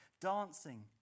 dancing